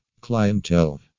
clientele